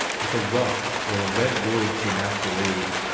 with a ruff or a red robe for masquerade,